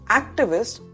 activist